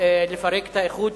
לפרק את האיחוד,